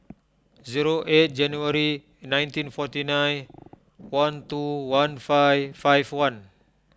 zero eight January nineteen forty nine one two one five five one